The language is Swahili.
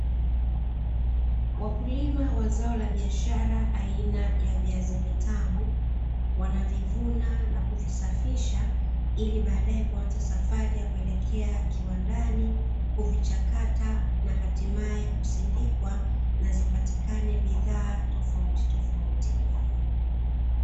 Wakulima wa zao la biashara aina ya viazi vitamu, wanavivuna na kuvisafisha ili baadae kuanza safari ya kuelekea kiwandani, kuvichakata na hatimaye kusindikwa na zipatikane bidhaa tofautitofauti.